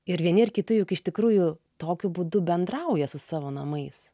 ir vieni ir kiti juk iš tikrųjų tokiu būdu bendrauja su savo namais